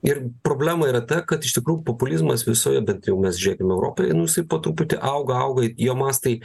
ir problema yra ta kad iš tikrųjų populizmas visoje bent jau mes žiūrėkime europoje nu jisai po truputį auga auga jo mastai